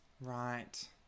Right